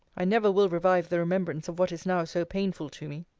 i never will revive the remembrance of what is now so painful to me.